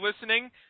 listening